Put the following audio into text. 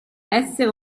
essere